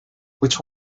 which